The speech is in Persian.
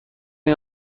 این